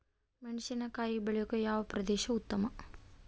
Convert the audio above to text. ಮೆಣಸಿನಕಾಯಿ ಬೆಳೆಯೊಕೆ ಯಾವ ಪ್ರದೇಶ ಉತ್ತಮ?